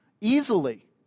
Easily